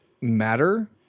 matter